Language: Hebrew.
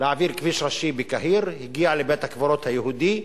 להעביר בקהיר כביש ראשי שהגיע לבית-הקברות היהודי,